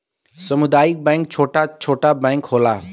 सामुदायिक बैंक छोटा छोटा बैंक होला